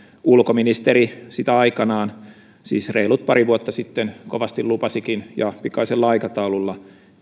ulkoministeri sitä aikanaan siis reilut pari vuotta sitten kovasti lupasikin ja pikaisella aikataululla